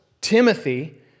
Timothy